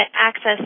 access